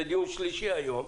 זה דיון שלישי היום.